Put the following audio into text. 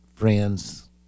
friends